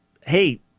Hey